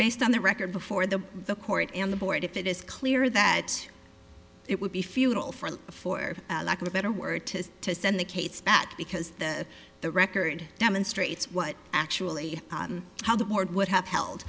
based on the record before the the court and the board if it is clear that it would be futile for a for lack of a better word to say to send the case back because the the record demonstrates what actually how the board would h